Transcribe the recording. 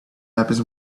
happens